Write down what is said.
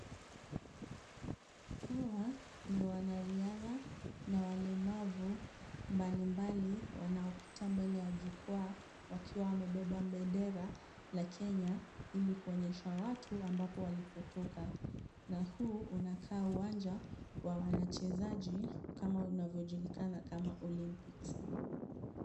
Hawa ni wanariadha na walemavu mbalimbali wanaopita mbele ya jukwaa wakiwa wamebeba bendera la Kenya ili kuonyesha watu ambapo walipotoka na huu unakaa uwanja wa wachezaji kama unavyojulikana kama olympics .